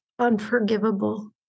unforgivable